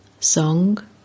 Song